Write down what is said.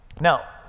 Now